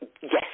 yes